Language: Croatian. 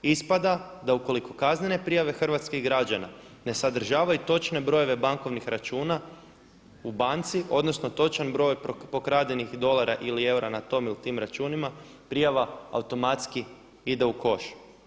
Ispada da ukoliko kaznene prijave hrvatskih građana ne sadržavaju točne brojeve bankovnih računa u banci odnosno točan broj pokradenih dolara ili eura na tom ili tim računima, prijava automatski ide u koš“